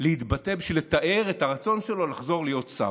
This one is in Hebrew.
להתבטא בשביל לתאר את הרצון שלו לחזור להיות שר?